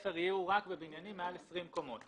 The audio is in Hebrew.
ספר יהיו רק בבניינים מעל 20 קומות,